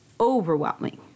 overwhelming